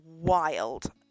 wild